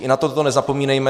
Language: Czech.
I na toto nezapomínejme.